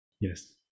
Yes